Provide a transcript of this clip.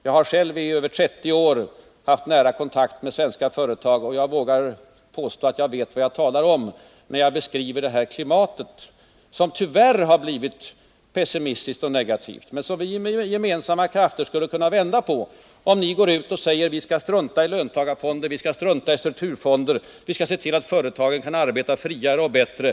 Själv har jag i över 30 år haft nära kontakt med svenska företag, och jag vågar påstå att jag vet vad jag talar om när jag beskriver klimatet, som tyvärr har blivit pessimistiskt och negativt men som vi med gemensamma krafter skulle kunna ändra på, om ni går ut och säger: Vi skall strunta i företagarfonder och i strukturfonder. Vi skall se till att företagen kan arbeta friare och bättre.